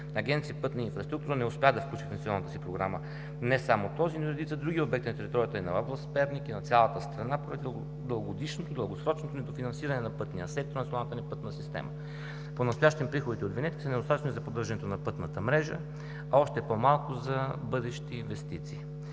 Агенция „Пътна инфраструктура“ не успя да включи в инвестиционната си програма не само този, но и редица други обекти на територията и на област Перник, и на цялата страна, поради дългогодишното, дългосрочното недофинансиране на пътния сектор, на националната пътна система. Понастоящем приходите от винетки са недостатъчни за поддържането на пътната мрежа, а още по-малко – за бъдещи инвестиции.